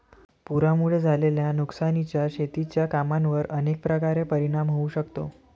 पुरामुळे झालेल्या नुकसानीचा शेतीच्या कामांवर अनेक प्रकारे परिणाम होऊ शकतो